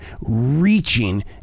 Reaching